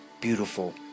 beautiful